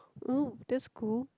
oo that's cool